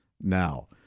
now